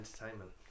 entertainment